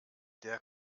der